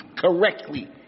correctly